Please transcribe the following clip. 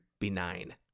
benign